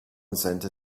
center